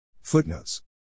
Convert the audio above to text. Footnotes